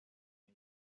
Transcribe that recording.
con